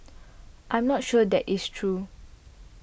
I'm not sure that is true